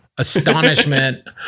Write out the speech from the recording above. astonishment